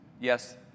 yes